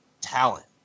Talent